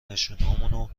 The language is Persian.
نشونامون